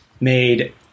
made